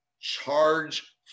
Charge